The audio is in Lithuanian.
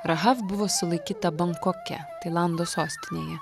rahav buvo sulaikyta bankoke tailando sostinėje